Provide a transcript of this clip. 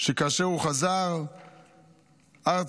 שכאשר הוא חזר ארצה,